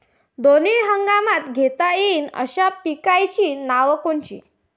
दोनी हंगामात घेता येईन अशा पिकाइची नावं कोनची?